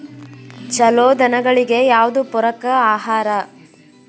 ಛಲೋ ದನಗಳಿಗೆ ಯಾವ್ದು ಪೂರಕ ಆಹಾರ?